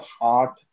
art